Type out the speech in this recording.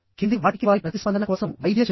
కింది వాటికి వారి ప్రతిస్పందన కోసం వైద్య చరిత్ర